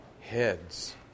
heads